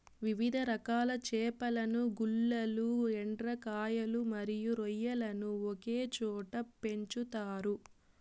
వివిధ రకాల చేపలను, గుల్లలు, ఎండ్రకాయలు మరియు రొయ్యలను ఒకే చోట పెంచుతారు